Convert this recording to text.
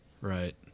Right